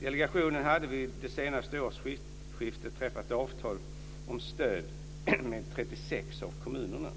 Delegationen hade vid det senaste årsskiftet träffat avtal om stöd med 36 av kommunerna.